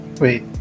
Wait